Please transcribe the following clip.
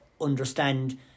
understand